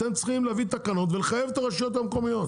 צריכים להביא תקנות ולחייב את הרשויות המקומיות.